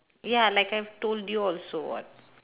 ya like I've told you also what